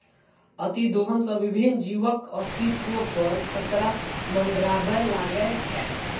अतिदोहन सं विभिन्न जीवक अस्तित्व पर खतरा मंडराबय लागै छै